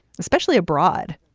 especially abroad.